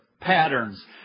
patterns